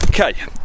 okay